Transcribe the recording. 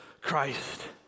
Christ